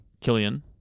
Killian